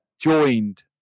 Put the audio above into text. joined